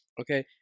okay